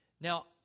Now